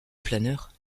planeur